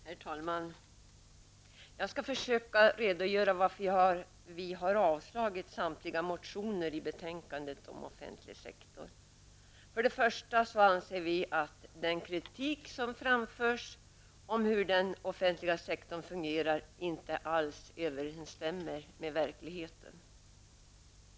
Herr talman! Jag skall försöka redogöra för anledningen till att vi har avstyrkt samtliga motioner i betänkandet om offentlig sektor. Först och främst anser vi att den kritik som framförs om hur den offentliga sektorn fungerar inte alls överensstämmer med verkligheten.